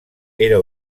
era